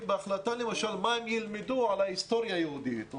בהחלטה למשל מה הם ילמדו על ההיסטוריה היהודית,